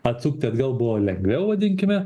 atsukti atgal buvo lengviau vadinkime